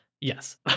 Yes